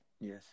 Yes